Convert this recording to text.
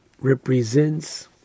represents